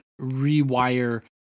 rewire